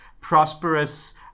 prosperous